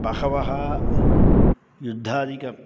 बहवः युद्धादिकम्